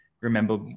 remember